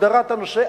הגדרת הנושא,